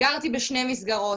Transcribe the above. גרתי בשתי מסגרות.